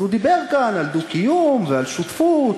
הוא דיבר כאן על דו-קיום ועל שותפות